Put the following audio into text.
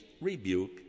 rebuke